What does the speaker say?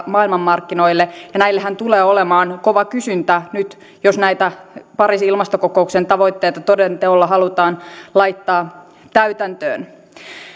maailmanmarkkinoille ja näillehän tulee olemaan kova kysyntä nyt jos näitä pariisin ilmastokokouksen tavoitteita toden teolla halutaan laittaa täytäntöön